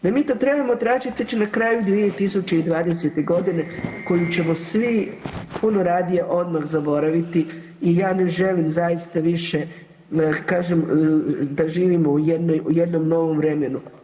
Da mi to trebamo tražiti već na kraju 2020. godine koju ćemo svi puno radije odmah zaboraviti i ja ne želim zaista više kažem da živimo u jednom novom vremenu.